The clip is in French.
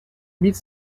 mille